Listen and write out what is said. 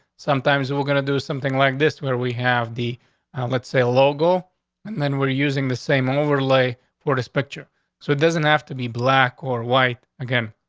sometimes but we're gonna do something like this where we have the let's say logo and then we're using the same overlay for this picture so it doesn't have to be black or white again.